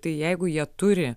tai jeigu jie turi